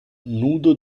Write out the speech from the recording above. nudo